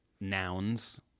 nouns